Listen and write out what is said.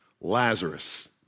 Lazarus